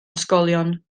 ysgolion